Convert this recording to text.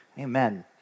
amen